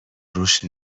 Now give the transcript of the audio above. روش